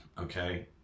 okay